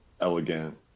elegant